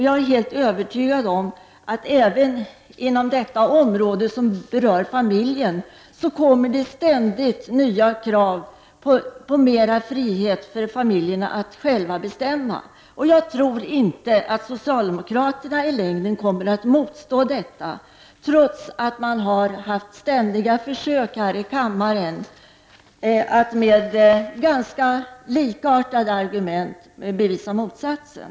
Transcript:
Jag är övertygad om att när det gäller detta område som berör familjen, så kommer det ständigt att resas nya krav på mer frihet att själv få bestämma. Jag tror inte att socialdemokraterna i längden kommer att kunna motsätta sig detta, trots att man har gjort ständiga försök att med ganska likartade argument bevisa motsatsen.